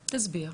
תסביר.